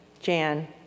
Jan